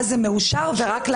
שתאושר בנשיאות,